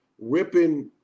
ripping